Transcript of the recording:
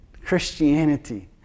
Christianity